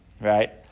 Right